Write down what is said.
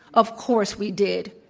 of course, we did,